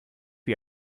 wie